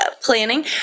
planning